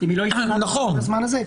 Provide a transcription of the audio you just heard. אם היא לא אישרה עד הזמן הזה,